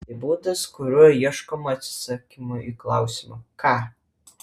tai būdas kuriuo ieškoma atsakymo į klausimą ką